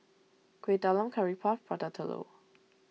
Kueh Talam Curry Puff Prata Telur